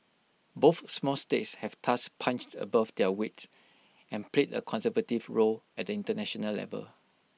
both small states have thus punched above their weight and played A constructive role at the International level